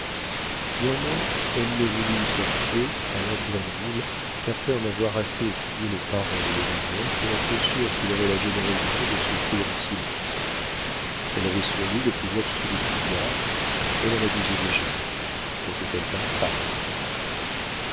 néanmoins elle ne voulut se fier à lord grenville qu'après en avoir assez étudié les paroles et les manières pour être sûre qu'il aurait la générosité de souffrir en silence elle avait sur lui le plus absolu pouvoir elle en abusait déjà n'était-elle pas femme